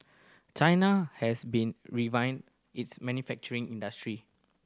China has been its manufacturing industry